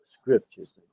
scriptures